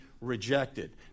rejected